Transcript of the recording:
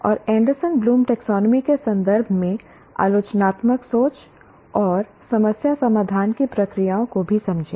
और Anderson Bloom taxonomy के संदर्भ में आलोचनात्मक सोच और समस्या समाधान की प्रक्रियाओं को भी समझें